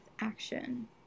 action